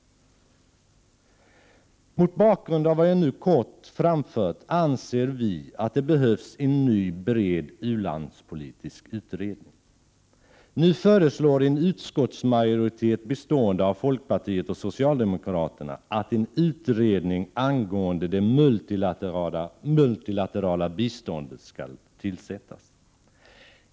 Mot bakgrund av vad jag här kort har framfört anser vi i vpk att det behövs en ny bred u-landspolitisk utredning. Nu föreslår en utskottsmajoritet bestående av folkpartiet och socialdemokraterna att en utredning angående det multilaterala biståndet skall tillsättas.